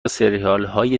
سریالهای